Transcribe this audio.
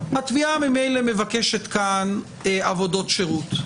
התביעה ממילא מבקשת כאן עבודות שירות,